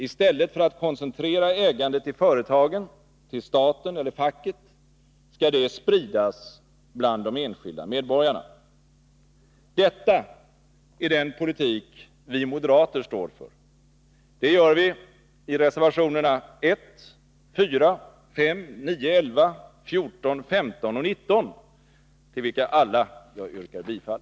I stället för att koncentrera ägandet i företagen till staten eller facket skall det spridas bland de enskilda medborgarna. Detta är den politik vi moderater står för. Det gör vi i reservationerna 1, 4, 5, 9, 11, 14, 15 och 19, till vilka alla jag yrkar bifall.